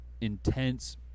intense